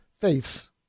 faiths